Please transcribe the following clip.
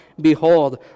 Behold